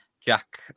Jack